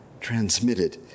transmitted